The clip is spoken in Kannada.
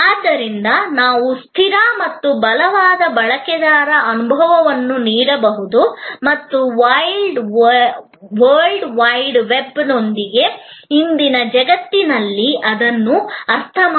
ಆದ್ದರಿಂದ ನಾವು ಸ್ಥಿರ ಮತ್ತು ಬಲವಾದ ಬಳಕೆದಾರ ಅನುಭವವನ್ನು ನೀಡಬಹುದು ಮತ್ತು ವರ್ಲ್ಡ್ ವೈಡ್ ವೆಬ್ನೊಂದಿಗೆ ಇಂದಿನ ಜಗತ್ತಿನಲ್ಲಿ ಅದನ್ನು ಅರ್ಥಮಾಡಿಕೊಳ್ಳಬಹುದು